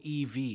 EV